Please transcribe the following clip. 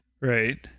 Right